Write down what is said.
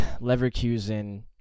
Leverkusen